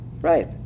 right